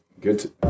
Good